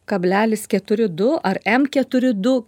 kablelis keturi du ar em keturi du